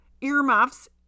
earmuffs